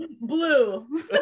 blue